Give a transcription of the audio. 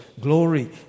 glory